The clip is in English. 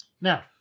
Now